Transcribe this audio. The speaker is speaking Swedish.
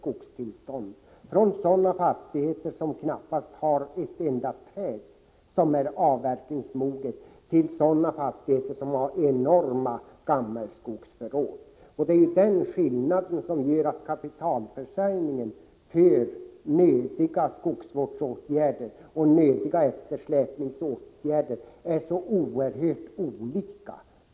Det finns fastigheter som knappast har ett enda träd som är avverkningsmoget, medan det finns andra fastigheter som har enorma gammelskogsförråd. Det är dessa skillnader som gör att behoven av kapitalförsörjning för nödvändiga skogsvårdsåtgärder, bl.a. för att ta igen eftersläpningen, är så oerhört olika.